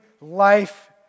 life